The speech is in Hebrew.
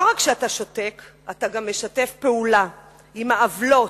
לא רק שאתה שותק, אתה גם משתף פעולה עם העוולות,